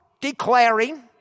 declaring